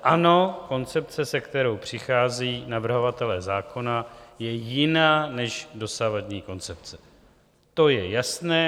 Ano, koncepce, se kterou přichází navrhovatelé zákona, je jiná než dosavadní koncepce, to je jasné.